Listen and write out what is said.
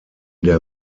der